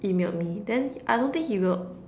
emailed me then I don't think he will